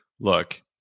look